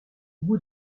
bout